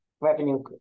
revenue